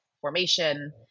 formation